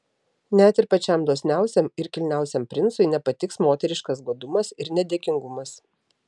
net ir pačiam dosniausiam ir kilniausiam princui nepatiks moteriškas godumas ir nedėkingumas